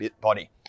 body